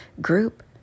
group